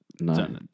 No